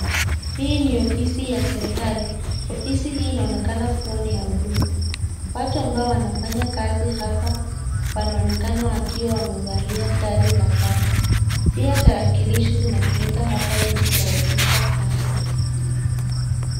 Hii ni ofisi ya serekali. Ofisi hii inaonekana kuwa ni ya huduma . Watu ambao wanafanya kazi hapa wanaonekana wakiwa wamevalia sare za kazi. Pia tarakilishi zinatumika hapa hili kurahisisha kazi.